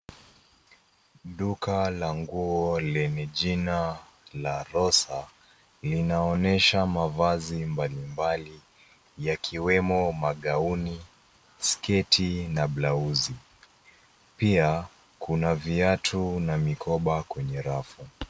Duka la nguo lenye jina La Rosa linaonyesha mavazi mbalimbali yakiwemo magauni, sketi na blauzi. Pia, kuna viatu na mikoba kwenye rafu.